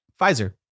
pfizer